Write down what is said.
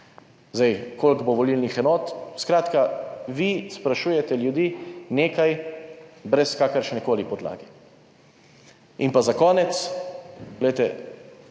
Zdaj, koliko bo volilnih enot.... Skratka, vi sprašujete ljudi nekaj brez kakršnekoli podlage. In pa za konec, glejte,